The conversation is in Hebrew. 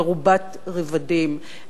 מרובת רבדים,